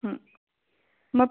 मग